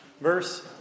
verse